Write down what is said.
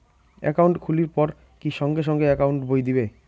Account খুলির পর কি সঙ্গে সঙ্গে একাউন্ট বই দিবে?